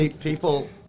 people